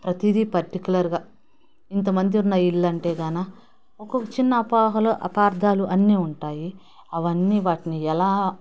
ప్రతీది పర్టిక్యులర్గా ఇంతమంది ఉన్న ఇల్లు అంటే గాన ఒకొక్క చిన్న అపోహలు అపార్థాలు అన్ని ఉంటాయి అవన్నీ వాటిని ఎలా